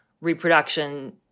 Reproduction